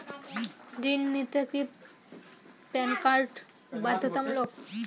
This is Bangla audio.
ঋণ নিতে কি প্যান কার্ড বাধ্যতামূলক?